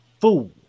fool